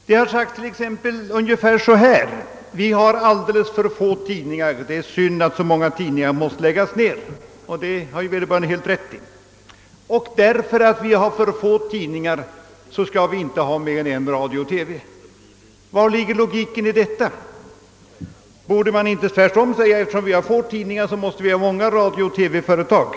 Man har t.ex. påpekat att det finns alldeles för få tidningar och att det är synd att så många tidningar måst läggas ned — det har vederbörande alldeles rätt i — och att vi därför inte skall ha mer än ett radiooch TV-företag. Var finns logiken i detta resonemang? Borde man inte tvärtom säga, att eftersom vi har så få tidningar, måste vi ha många radiooch TV-företag?